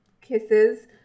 kisses